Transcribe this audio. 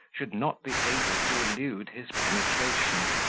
should not be able to elude his penetration.